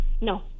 No